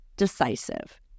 decisive